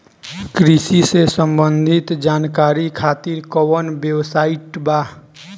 कृषि से संबंधित जानकारी खातिर कवन वेबसाइट बा?